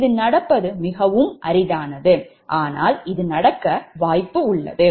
இது நடப்பது மிகவும் அரிதானது ஆனால் இது நடக்க வாய்ப்பு உள்ளது